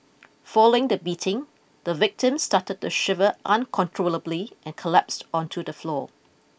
following the beating the victim started to shiver uncontrollably and collapsed onto the floor